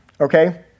Okay